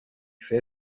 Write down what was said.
fer